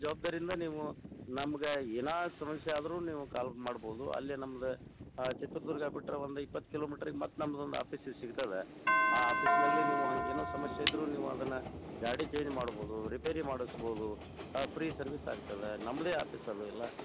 ಜವಾಬ್ದಾರಿಯಿಂದ ನೀವು ನಮ್ಗೆ ಏನು ಸಮಸ್ಯೆ ಆದರೂ ನೀವು ಕಾಲ್ ಮಾಡ್ಬೋದು ಅಲ್ಲೇ ನಮ್ದು ಚಿತ್ರದುರ್ಗ ಬಿಟ್ಟರೆ ಒಂದು ಇಪ್ಪತ್ತು ಕಿಲೋಮೀಟ್ರಿಗೆ ಮತ್ತೆ ನಮ್ದು ಒಂದು ಆಫೀಸ್ ಸಿಗ್ತದೆ ಆ ಆಫೀಸ್ನಲ್ಲಿ ನೀವು ಹಾಗೇನೊ ಸಮಸ್ಯೆ ಇದ್ದರೂ ನೀವು ಅದನ್ನು ಗಾಡಿ ಚೇಂಜ್ ಮಾಡ್ಬೋದು ರಿಪೇರಿ ಮಾಡಿಸ್ಬೋದು ಫ್ರೀ ಸರ್ವಿಸ್ ಆಗ್ತದೆ ನಮ್ಮದೇ ಆಫೀಸ್ ಅವೆಲ್ಲ